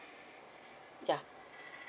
ya